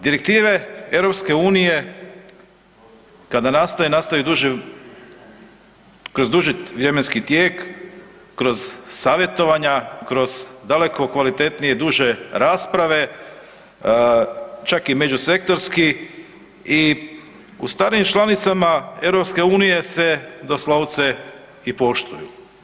Direktive EU kada nastaju, nastaju kroz duži vremenski tijek, kroz savjetovanja, kroz daleko kvalitetnije i duže rasprave, čak i međusektorski i u starijim članicama EU se doslovce i poštuju.